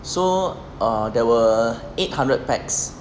so uh there were eight hundred pax